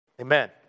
amen